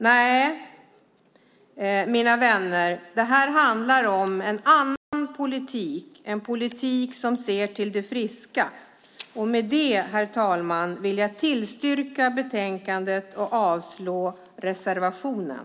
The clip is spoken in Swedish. Nej, mina vänner, det här handlar om en annan politik, en politik som ser till det friska. Med det, herr talman, vill jag tillstyrka förslaget i betänkandet och avstyrka reservationen.